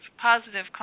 positive